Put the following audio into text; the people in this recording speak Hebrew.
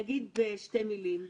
אנחנו נעשה עוד פרידה.